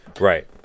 Right